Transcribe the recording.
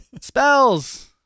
Spells